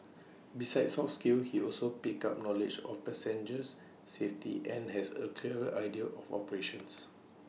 besides soft skills he also picked up knowledge of passengers safety and has A clearer idea of operations